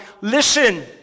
listen